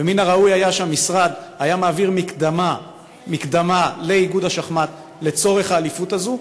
ומן הראוי היה שהמשרד היה מעביר מקדמה לאיגוד השחמט לצורך האליפות הזו,